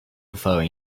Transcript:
before